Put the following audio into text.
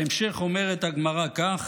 בהמשך אומרת הגמרא כך: